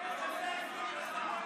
יא צבוע.